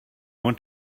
want